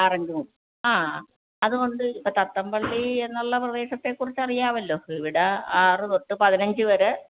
ആറഞ്ച് മു ആ അതുകൊണ്ട് തത്തമ്പള്ളി എന്നുള്ള പ്രദേശത്തെ കുറിച്ച് അറിയാമല്ലോ ഇവിടെ ആറ് തൊട്ട് പതിനഞ്ച് വരെ